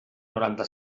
noranta